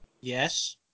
Yes